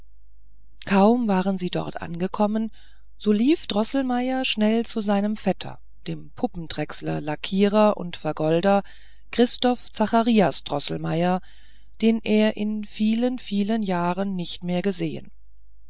kaum waren sie dort angekommen so lief droßelmeier schnell zu seinem vetter dem puppendrechsler lackierer und vergolder christoph zacharias droßelmeier den er in vielen vielen jahren nicht mehr gesehen